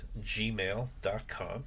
gmail.com